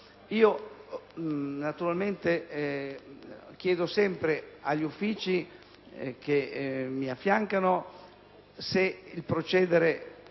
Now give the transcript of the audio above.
5a. Naturalmente, io chiedo sempre agli uffici che mi affiancano se il procedere